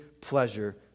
pleasure